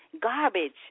garbage